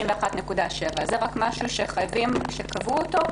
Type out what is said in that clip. זה משהו שכאשר קבעו אותו,